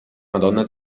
madonna